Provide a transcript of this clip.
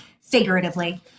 figuratively